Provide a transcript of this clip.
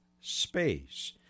space